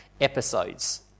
episodes